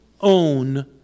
own